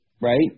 right